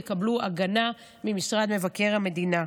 יקבלו הגנה ממשרד מבקר המדינה.